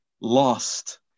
lost